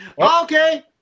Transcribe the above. Okay